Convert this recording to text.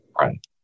Right